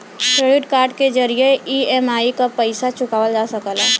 credit card के जरिये EMI क पइसा चुकावल जा सकला